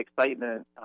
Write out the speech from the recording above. excitement